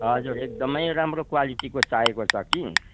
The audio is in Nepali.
हजुर एकदम राम्रो क्वालिटीको चाहिएको छ कि